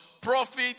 profit